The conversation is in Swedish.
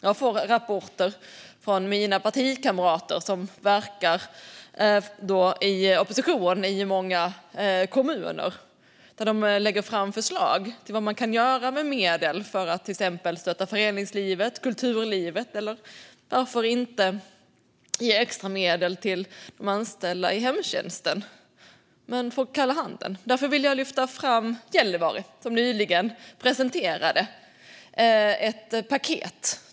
Jag får rapporter från mina partikamrater som verkar i opposition i många kommuner. De lägger fram förslag till vad man kan göra med medel för att till exempel stötta föreningslivet, kulturlivet eller varför inte ge extramedel till de anställda i hemtjänsten, men de får kalla handen. Därför vill jag lyfta fram Gällivare som nyligen presenterade ett paket.